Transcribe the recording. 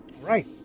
Right